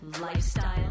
lifestyle